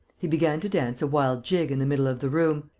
he began to dance a wild jig in the middle of the room,